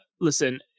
listen